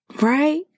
Right